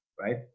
right